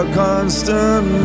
constant